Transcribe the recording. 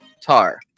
Tar